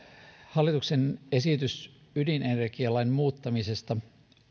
hallituksen esitys ydinenergialain muuttamisesta